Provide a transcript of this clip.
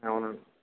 అవునండి